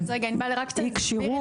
אי-כשירות.